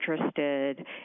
interested